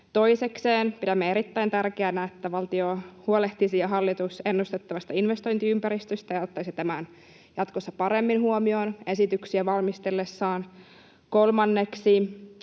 Toisekseen pidämme erittäin tärkeänä, että valtio ja hallitus huolehtisivat ennustettavasta investointiympäristöstä ja ottaisivat tämän jatkossa paremmin huomioon esityksiä valmistellessaan. Kolmanneksi,